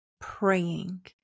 praying